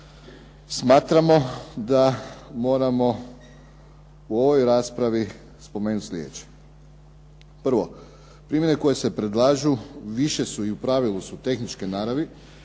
smatramo da moramo u ovoj raspravi spomenuti slijedeće. Prvo, …/Govornik se ne razumije./… koje se predlažu više su i u pravilu su tehničke naravi,